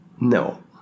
No